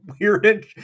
weird